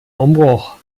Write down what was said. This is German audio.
umbruch